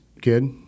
kid